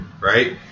right